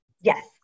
Yes